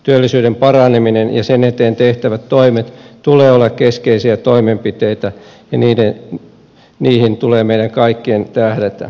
työllisyyden paranemisen ja sen eteen tehtävien toimien tulee olla keskeisiä toimenpiteitä ja niihin tulee meidän kaikkien tähdätä